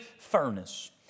furnace